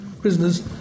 prisoners